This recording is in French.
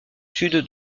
sud